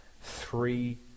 three